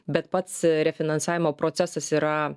bet pats refinansavimo procesas yra